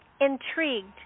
intrigued